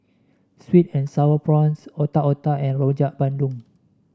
sweet and sour prawns Otak Otak and Rojak Bandung